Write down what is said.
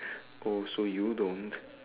oh so you don't